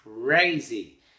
crazy